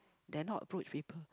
dare not approach people